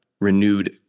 renewed